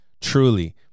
truly